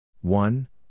one